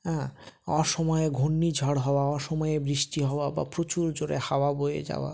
হ্যাঁ অসময়ে ঘূর্ণি ঝড় হওয়া অসময়ে বৃষ্টি হওয়া বা প্রচুর জোরে হাওয়া বয়ে যাওয়া